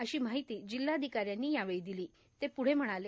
अशी माहिती जिल्हाधिकाऱ्यांनी यावेळी दिली ते पुढं म्हणाले